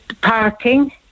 parking